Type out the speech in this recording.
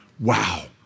Wow